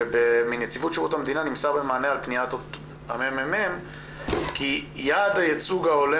ומנציבות שירות המדינה נמסר במענה על פניית הממ"מ כי יעד הייצוג ההולם